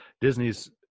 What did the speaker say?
Disney's